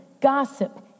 gossip